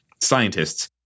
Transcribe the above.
scientists